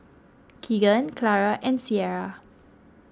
Keagan Clara and Ciara